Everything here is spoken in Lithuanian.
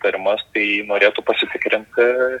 įtarimas tai norėtų pasitikrinti